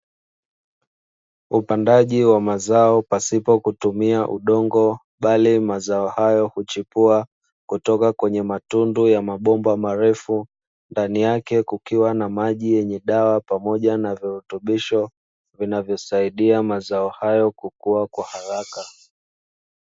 Upandaji wa mazao pasipo kutumia udongo bali mazao hayo huchipua, kutoka kwenye matundu ya mabomba marefu. Ndani yake kukiwa na maji yenye dawa pamoja na virutubisho, vinavyosaidia mazao hayo kukua kwa haraka.